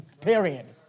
Period